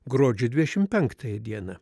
gruodžio dvidešim penktąją dieną